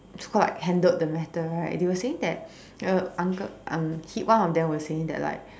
so called like handled the matter right they were saying that the uncle unc~ he one of them was saying that like